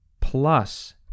plus